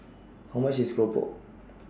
How much IS Keropok